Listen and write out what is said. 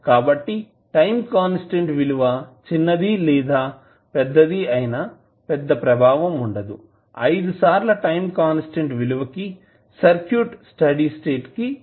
కాబట్టి time constant విలువ చిన్నది లేదా పెద్దది అయినా పెద్ద ప్రభావం వుండదు 5 సార్ల టైం కాన్స్టాంట్ విలువకి సర్క్యూట్ స్టడీ స్టేట్ కి చేరుతుంది